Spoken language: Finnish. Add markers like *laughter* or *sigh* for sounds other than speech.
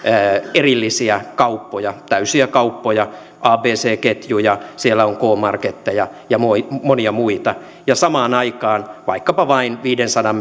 erillisiä kauppoja täysiä kauppoja abc ketjuja siellä on k marketteja ja monia muita ja samaan aikaan vaikkapa vain viidensadan *unintelligible*